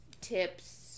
tips